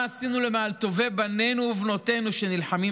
מה עשינו למען טובי בנינו ובנותינו שנלחמים